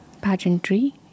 pageantry